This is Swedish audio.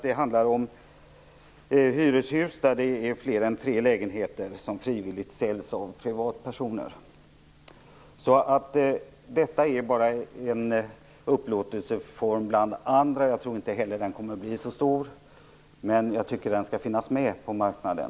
Det handlar om hyreshus med fler än tre lägenheter som frivilligt säljs av privatpersoner. Ägarlägenheten är alltså bara en upplåtelseform bland flera. Jag tror inte att den blir så omfattande, men jag tycker att den skall finnas med på marknaden.